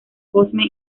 cosme